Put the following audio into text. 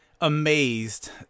amazed